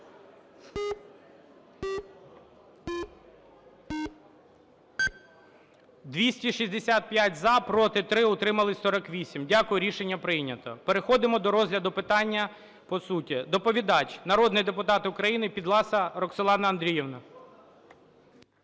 За-265 Проти – 3. Утрималось – 48. Дякую. Рішення прийнято. Переходимо до розгляду питання по суті. Доповідач народний депутат України Підласа Роксолана Андріївна.